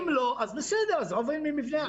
אם לא אז בסדר, אז עוברים למבנה אחר.